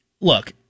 Look